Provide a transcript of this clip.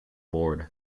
board